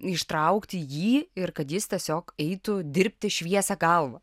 ištraukti jį ir kad jis tiesiog eitų dirbti šviesia galva